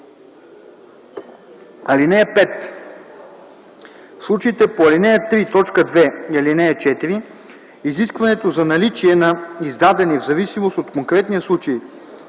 (5) В случаите по ал. 3, т. 2 и ал. 4 изискването за наличие на издадени в зависимост от конкретния случай